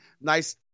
nice